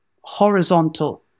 horizontal